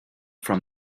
from